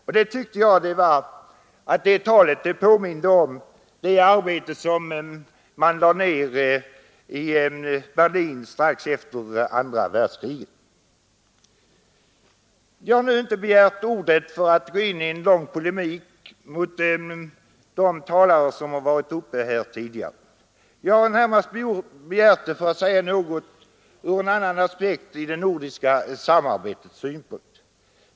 Jag tyckte att det talet påminde om det man höll på med i Berlin strax efter andra världskriget. Jag har inte begärt ordet för att gå in i lång polemik mot de talare som har varit uppe här tidigare, utan närmast för att anlägga även en annan aspekt på det nordiska samarbetet.